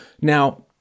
Now